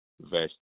verse